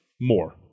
more